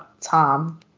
Tom